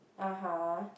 (uh huh)